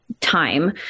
Time